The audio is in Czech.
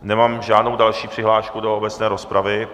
Nemám žádnou další přihlášku do obecné rozpravy.